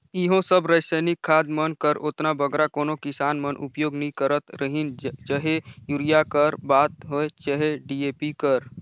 इहों सब रसइनिक खाद मन कर ओतना बगरा कोनो किसान मन उपियोग नी करत रहिन चहे यूरिया कर बात होए चहे डी.ए.पी कर